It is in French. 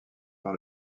par